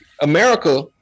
America